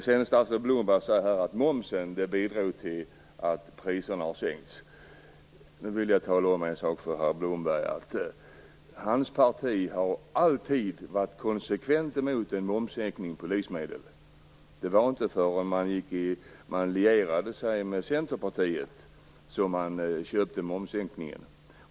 Statsrådet Blomberg säger sedan att detta med momsen har bidragit till att priserna har sänkts. Då vill jag säga till herr Blomberg att hans parti alltid konsekvent har varit emot en prissänkning på livsmedel. Det var inte förrän man lierade sig med Centerpartiet som man köpte momssänkningen.